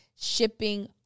shipping